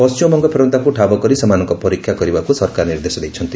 ପଣ୍କିମବଙଙ୍ଙ ଫେରନ୍ତାଙ୍କୁ ଠାବ କରି ସେମାନଙ୍କ ପରୀକ୍ଷା କରିବାକୁ ସରକାର ନିର୍ଦ୍ଦେଶ ଦେଇଛନ୍ତି